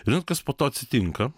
žinot kas po to atsitinka